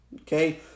okay